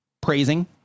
praising